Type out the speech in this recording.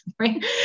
right